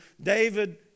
David